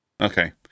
Okay